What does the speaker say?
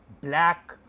Black